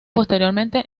posteriormente